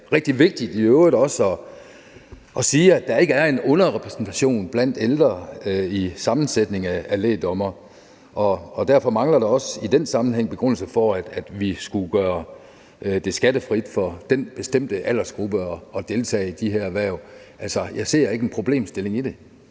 rigtig vigtigt at sige, at der ikke er en underrepræsentation af ældre i sammensætningen af lægdommere. Og derfor mangler der også i den sammenhæng begrundelse for, at vi skulle gøre det skattefrit for den bestemte aldersgruppe at deltage i de her hverv. Altså, jeg ser ikke en problemstilling i det.